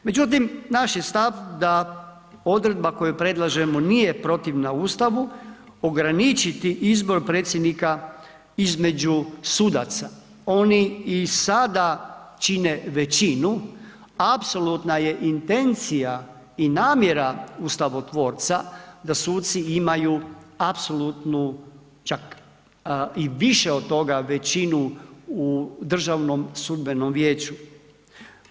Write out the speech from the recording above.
Međutim, naš je stav da odredba koju predlažemo nije protivna Ustavu, ograničiti izbor predsjednika između sudaca, oni i sada čine većinu, apsolutna je intencija i namjera ustavotvorca da suci imaju apsolutnu, čak i više od toga, većinu u DSV-u.